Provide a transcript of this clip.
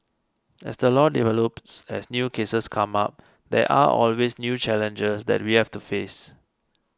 as the law develops as new cases come up there are always new challenges that we have to face